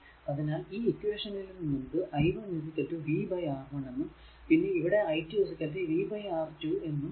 അതിനാൽ ഈ ഇക്വേഷനിൽ നിന്നും നമുക്ക് i1 v R1എന്നും പിന്നെ ഇവിടെ i2 v R2 എന്നും എഴുതാം